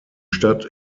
stadt